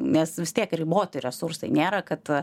nes vis tiek riboti resursai nėra kad